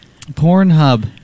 Pornhub